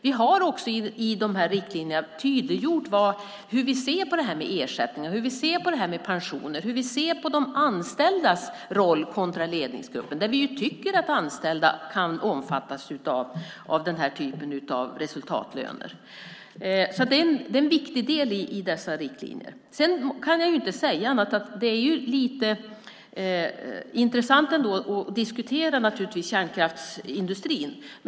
Vi har också tydliggjort i riktlinjerna hur vi ser på ersättningar, pensioner och de anställdas roll kontra ledningsgruppen. Vi tycker att anställda kan omfattas av denna typ av resultatlöner. Det är en viktig del i riktlinjerna. Det är intressant att diskutera kärnkraftsindustrin.